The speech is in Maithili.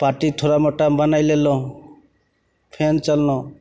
पार्टी थोड़ा मोड़ा बनै लेलहुँ फेर चललहुँ